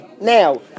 now